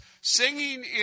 singing